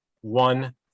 one